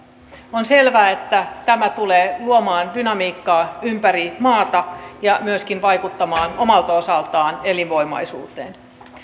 on selvää että tämä tulee luomaan dynamiikkaa ympäri maata ja myöskin vaikuttamaan omalta osaltaan elinvoimaisuuteen